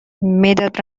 مداد